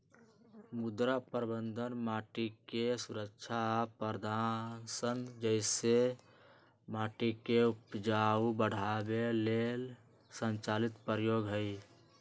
मृदा प्रबन्धन माटिके सुरक्षा आ प्रदर्शन जइसे माटिके उपजाऊ बढ़ाबे लेल संचालित प्रयोग हई